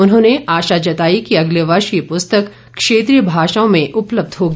उन्होंने आशा जताई कि अगले वर्ष ये पुस्तक क्षेत्रीय भाषाओं में उपलब्ध होगी